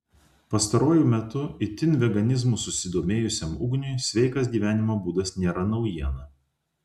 pastaruoju metu itin veganizmu susidomėjusiam ugniui sveikas gyvenimo būdas nėra naujiena